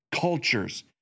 cultures